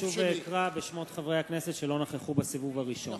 אשוב ואקרא בשמות חברי הכנסת שלא נכחו בסיבוב הראשון.